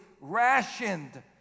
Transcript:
rationed